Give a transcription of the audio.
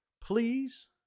please